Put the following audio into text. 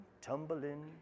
tumbling